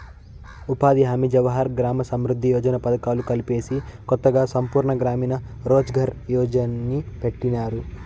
ఉపాధి హామీ జవహర్ గ్రామ సమృద్ది యోజన పథకాలు కలిపేసి కొత్తగా సంపూర్ణ గ్రామీణ రోజ్ ఘార్ యోజన్ని పెట్టినారు